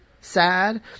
sad